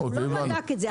הוא לא בדק את זה.